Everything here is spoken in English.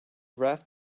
raft